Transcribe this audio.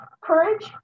courage